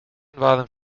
waren